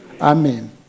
Amen